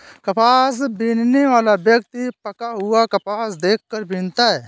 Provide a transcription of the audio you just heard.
कपास बीनने वाला व्यक्ति पका हुआ कपास देख कर बीनता है